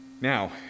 Now